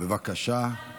(הישיבה